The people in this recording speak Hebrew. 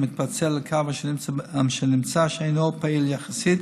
המתפצל לקו אשר נמצא שאינו פעיל יחסית,